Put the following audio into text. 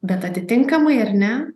bet atitinkamai ar ne